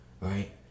Right